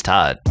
Todd